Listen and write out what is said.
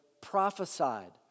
prophesied